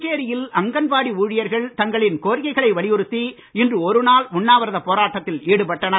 புதுச்சேரியில் அங்கன்வாடி ஊழியர்கள் தங்களின் கோரிக்கைகளை வலியுறுத்தி இன்று ஒரு நாள் உண்ணாவிரதப் போராட்டத்தில் ஈடுபட்டனர்